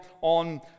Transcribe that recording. on